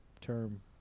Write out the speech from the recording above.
term